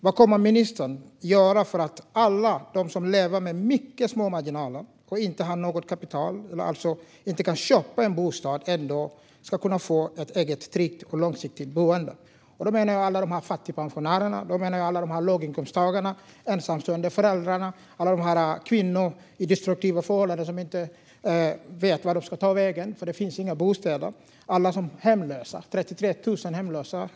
Vad kommer ministern att göra för att alla de som lever med mycket små marginaler och inte har något kapital och inte kan köpa en bostad ändå ska kunna få ett eget, tryggt och långsiktigt boende? Då menar jag alla låginkomsttagare. Det handlar om fattigpensionärer, om ensamstående föräldrar, om kvinnor som lever i destruktiva förhållanden som inte vet vart de ska ta vägen för att det inte finns några bostäder och om alla de 33 000 hemlösa.